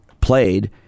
played